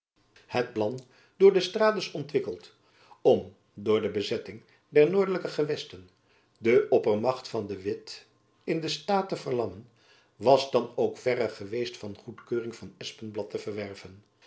het plan door d'estrades ontwikkeld om door de bezetting der noordelijke gewesten de oppermacht van de witt in den staat te verlammen was dan ook verre geweest van de goedkeuring van van espenblad te verwerven